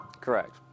Correct